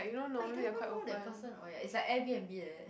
but you don't even know that person oh ya it's like air-b_n_b like that